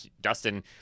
dustin